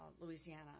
Louisiana